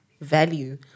value